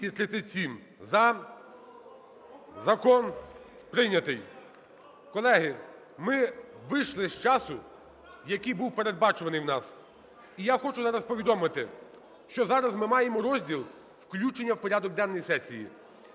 Закон прийнятий. Колеги, ми вийшли з часу, який був передбачуваний в нас. І я хочу зараз повідомити, що зараз ми маємо розділ "включення в порядок денний сесії"